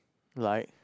like